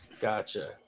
Gotcha